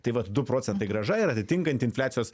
tai vat du procentai grąža ir atitinkanti infliacijos